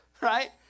right